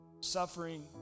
suffering